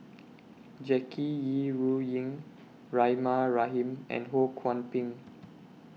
Jackie Yi Ru Ying Rahimah Rahim and Ho Kwon Ping